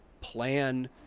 plan